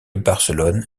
barcelone